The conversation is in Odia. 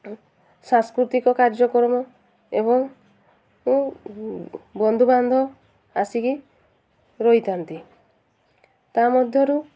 ସାଂସ୍କୃତିକ କାର୍ଯ୍ୟକ୍ରମ ଏବଂ ବନ୍ଧୁ ବାନ୍ଧବ ଆସିକି ରହିଥାନ୍ତି ତା ମଧ୍ୟରୁ